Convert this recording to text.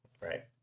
Right